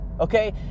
Okay